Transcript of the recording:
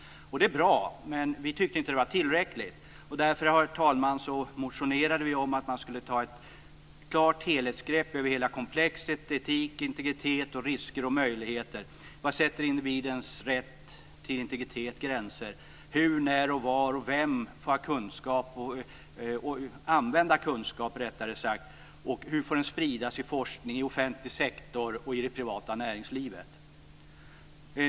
Det är bra, men vi tycker inte att det är tillräckligt. Därför, herr talman, har vi motionerat om att man skulle ta ett tydligt helhetsgrepp över hela komplexet - etik, integritet, risker och möjligheter. Var sätter individens rätt till integritet gränser? Hur, när, var och av vem får kunskapen användas? Hur får den spridas i forskning, i offentlig sektor och i det privata näringslivet?